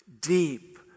deep